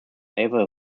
either